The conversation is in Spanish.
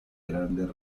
grandes